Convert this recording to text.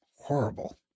horrible